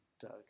doug